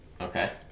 Okay